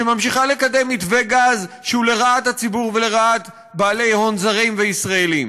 שממשיכה לקדם מתווה גז שהוא לרעת הציבור ולטובת בעלי הון זרים וישראלים.